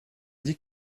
dit